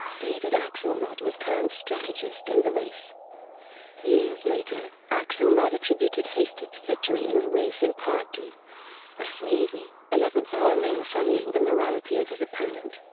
david axelrod was kearns's strategist in the race years later, axelrod attributed hastert's victory in the race in part to a sleazy, eleventh hour mailer sullying the morality of his opponent.